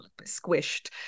squished